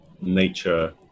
nature